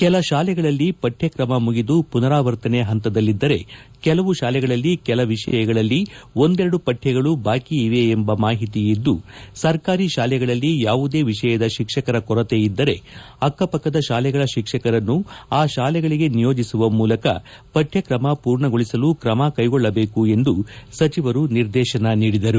ಕೆಲ ಶಾಲೆಗಳಲ್ಲಿ ಪಠ್ವಕ್ರಮ ಮುಗಿದು ಪುನರಾವರ್ತನೆ ಪಂತದಲ್ಲಿದ್ದರೆ ಕೆಲವು ಶಾಲೆಗಳಲ್ಲಿ ಕೆಲ ವಿಷಯಗಳಲ್ಲಿ ಒಂದೆರಡು ಪಠ್ಠಗಳು ಬಾಕಿ ಇವೆ ಎಂಬ ಮಾಹಿತಿಯಿದ್ದು ಸರ್ಕಾರಿ ಶಾಲೆಗಳಲ್ಲಿ ಯಾವುದೇ ವಿಷಯದ ಶಿಕ್ಷಕರ ಕೊರತೆಯಿದ್ದರೆ ಅಕ್ಷಪಕ್ಕದ ಶಾಲೆಗಳ ಶಿಕ್ಷಕರನ್ನು ಆ ಶಾಲೆಗಳಿಗೆ ನಿಯೋಜಿಸುವ ಮೂಲಕ ಪಠ್ವಕ್ತಮ ಪೂರ್ಣಗೊಳಿಸಲು ಕ್ರಮ ಕೈಗೊಳ್ಳಬೇಕು ಎಂದು ಸಚಿವರು ನಿರ್ದೇಶನ ನೀಡಿದರು